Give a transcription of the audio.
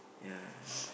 ya